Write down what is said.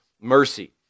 mercy